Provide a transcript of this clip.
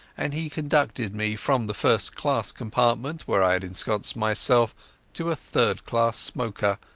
and he conducted me from the first-class compartment where i had ensconced myself to a third-class smoker,